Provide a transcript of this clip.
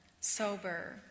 sober